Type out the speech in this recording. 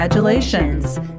Congratulations